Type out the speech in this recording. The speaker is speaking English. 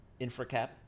InfraCap